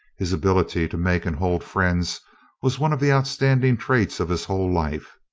his ability to make and hold friends was one of the outstanding traits of his whole life.